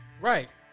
Right